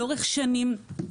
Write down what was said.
לאורך שנים,